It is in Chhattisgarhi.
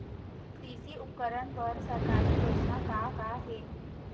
कृषि उपकरण बर सरकारी योजना का का हे?